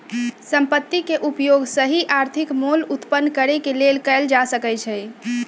संपत्ति के उपयोग सही आर्थिक मोल उत्पन्न करेके लेल कएल जा सकइ छइ